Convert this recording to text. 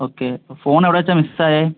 okay phone എവിടെ വെച്ചാണ് miss ആയത്